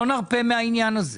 לא נרפה מהעניין הזה.